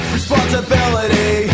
Responsibility